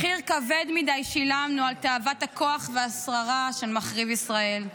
מחיר כבד מדי שילמנו על תאוות הכוח והשררה של מחריב ישראל.